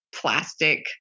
plastic